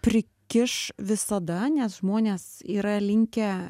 prikiš visada nes žmonės yra linkę